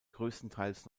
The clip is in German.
größtenteils